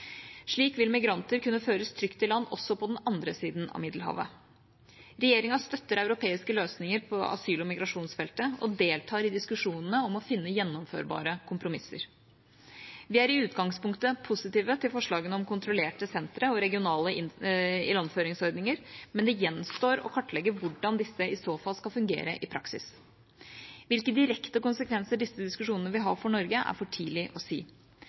Slik vil migranter kunne føres trygt i land også på den andre siden av Middelhavet. Regjeringa støtter europeiske løsninger på asyl- og migrasjonsfeltet og deltar i diskusjonene om å finne gjennomførbare kompromisser. Vi er i utgangspunktet positive til forslagene om kontrollerte sentre og regionale ilandføringsordninger, men det gjenstår å kartlegge hvordan disse i så fall skal fungere i praksis. Hvilke direkte konsekvenser disse diskusjonene vil ha for Norge, er for tidlig å si.